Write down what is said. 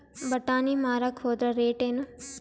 ಬಟಾನಿ ಮಾರಾಕ್ ಹೋದರ ರೇಟೇನು?